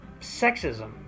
sexism